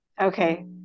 Okay